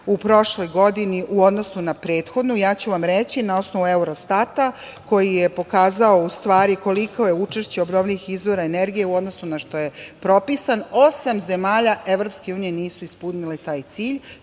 u prošloj godini u odnosu na prethodnu. Ja ću vam reći, na osnovu Eurostata, koji je pokazao, u stvari, koliko je učešće obnovljivih izvora energije u odnosu na ono što je propisan, osam zemalja EU nisu ispunile taj cilj,